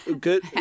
good